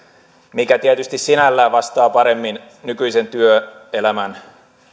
mikä tietysti sinänsä vastaa paremmin nykyisen työelämän